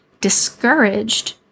discouraged